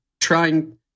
trying